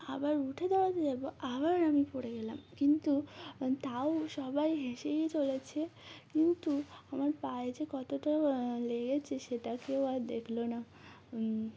আবার উঠে দাঁড়াতে যাবো আবার আমি পড়ে গেলাম কিন্তু তাও সবাই হেসেই চলেছে কিন্তু আমার পায়ে যে কতটা লেগেছে সেটা কেউ আর দেখলো না